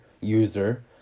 user